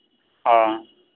ᱦᱮᱸ